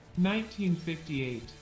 1958